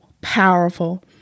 powerful